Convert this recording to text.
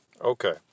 okay